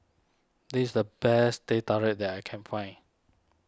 this is the best Teh Tarik that I can find